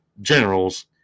generals